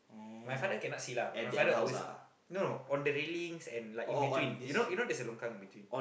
my father cannot see lah but you know my father always no no on the railings and like in between you know you know there's a longkang in between